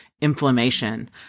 inflammation